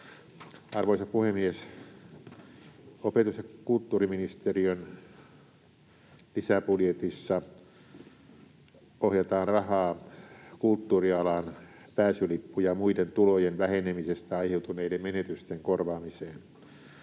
Arvoisa puhemies! Opetus- ja kulttuuriministeriön lisäbudjetissa ohjataan rahaa kulttuurialan pääsylippu- ja muiden tulojen vähenemisestä aiheutuneiden menetysten korvaamiseen.